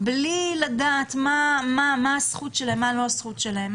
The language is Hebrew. בלי לדעת מה הזכות שלהם,